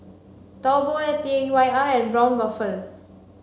Taobao and T Y R and Braun Buffel